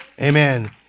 Amen